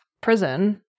prison –